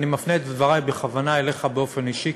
אני מפנה את דברי בכוונה אליך באופן אישי,